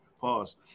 Pause